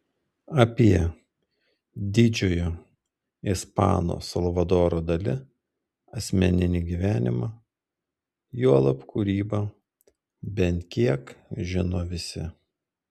apie didžiojo ispano salvadoro dali asmeninį gyvenimą juolab kūrybą bent kiek žino visi